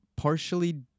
Partially